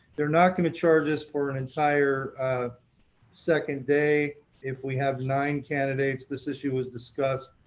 they're not going to charge us for an entire second day if we have nine candidates. this issue was discussed.